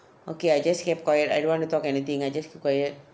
okay I just kept quiet I don't want to talk anything I just keep quiet